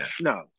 no